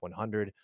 100